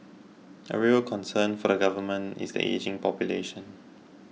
a real concern for the Government is the ageing population